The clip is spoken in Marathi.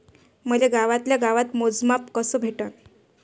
मले गावातल्या गावात मोजमाप कस भेटन?